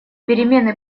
перемены